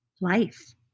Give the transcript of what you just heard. life